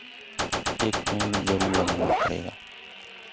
एक पेड़ में जरूर लगाना पड़ेगा